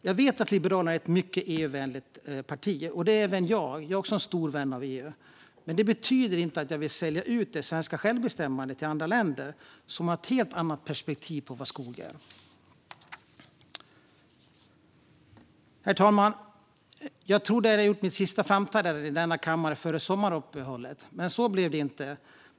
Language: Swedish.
Jag vet att Liberalerna är ett mycket EU-vänligt parti, och även jag är en stor vän av EU. Men det betyder inte att jag vill sälja ut det svenska självbestämmandet till andra länder som har ett helt annat perspektiv på vad skog är. Herr talman! Jag trodde att jag hade gjort mitt sista framträdande i denna kammare före sommaruppehållet, men så blev det inte.